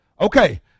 Okay